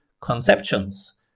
conceptions